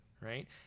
Right